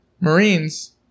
Marines